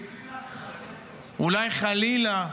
אולי, חלילה,